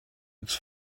its